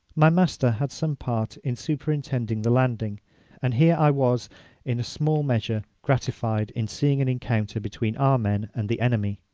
my master had some part in superintending the landing and here i was in a small measure gratified in seeing an encounter between our men and the enemy.